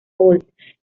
holt